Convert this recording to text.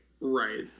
Right